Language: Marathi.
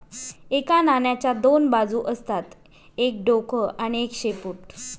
एका नाण्याच्या दोन बाजू असतात एक डोक आणि एक शेपूट